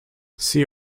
see